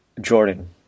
Jordan